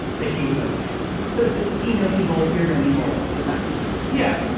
that he was ok so is the see no evil hear no evil defense? yeah.